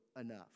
enough